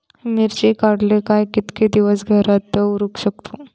मिर्ची काडले काय कीतके दिवस घरात दवरुक शकतू?